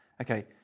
Okay